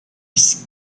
its